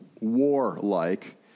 warlike